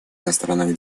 иностранных